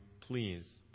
please